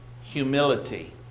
Humility